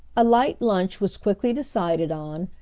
a light lunch was quickly decided on,